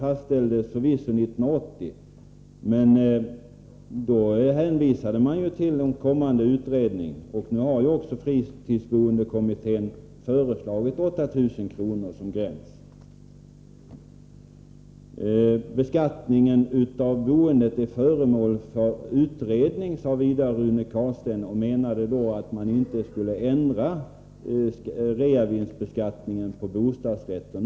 fastställdes förvisso 1980, men då hänvisade man till en kommande utredning, och fritidsboendekommittén har nu föreslagit 8 000 kr. som gräns. Beskattningen av boendet är föremål för utredning, sade Rune Carlstein vidare, och han menade att man därför inte nu skulle ändra reavinstbeskattningen på bostadsrätter.